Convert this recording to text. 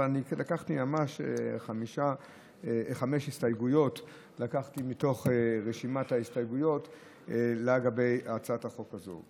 לקחתי חמש הסתייגויות מתוך רשימת ההסתייגויות לגבי הצעת החוק הזו.